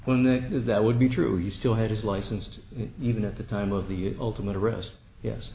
when they do that would be true you still have his license to even at the time of the ultimate arrest yes